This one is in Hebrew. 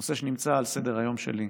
זה נושא שנמצא על סדר-היום שלי,